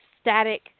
static